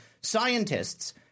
scientists